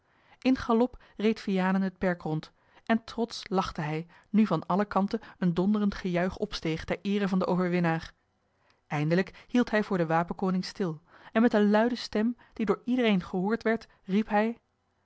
in galop reed vianen het perk rond en trotsch lachte hij nu van alle kanten een donderend gejuich opsteeg ter eere van den overwinnaar eindelijk hield hij voor den wapenkoning stil en met eene luide stem die door iedereen gehoord werd riep hij